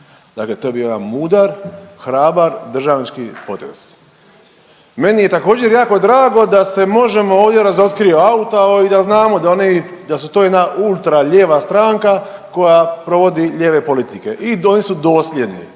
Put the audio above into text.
dakle to je bio jedan mudar i hrabar državnički potez. Meni je također jako drago da se Možemo! ovdje razotkrio auta i da znamo da oni, da su to jedna ultra lijeva stranka koja provodi lijeve politike i oni su dosljedni,